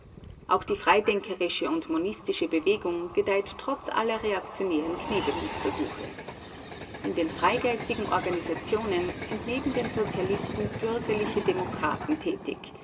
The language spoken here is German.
auch die freidenkerische und monistische bewegung gedeiht trotz aller reaktionären knebelungsversuche in den freigeistigen organisationen sind neben den sozialisten bürgerliche demokraten